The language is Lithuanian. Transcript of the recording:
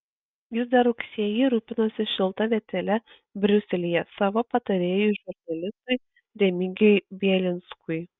jis dar rugsėjį rūpinosi šilta vietele briuselyje savo patarėjui žurnalistui remigijui bielinskui